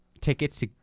tickets